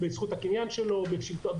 זכות הקניין והפרטיות